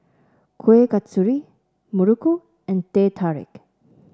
Kueh Kasturi Muruku and Teh Tarik